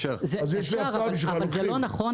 אפשר, אבל זה לא נכון